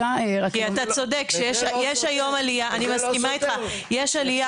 אתה צודק, אני מסכימה איתך, יש עלייה